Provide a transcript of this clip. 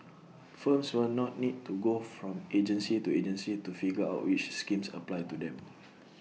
firms will not need to go from agency to agency to figure out which schemes apply to them